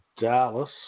Dallas